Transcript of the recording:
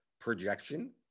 projection